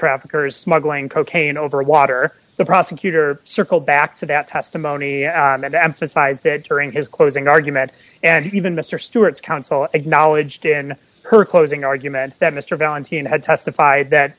traffickers smuggling cocaine over water the prosecutor circled back to that testimony and emphasized that during his closing argument and even mr stewart's counsel acknowledged in her closing argument that mr valentino had testified that